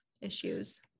issues